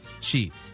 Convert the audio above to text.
cheap